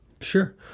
Sure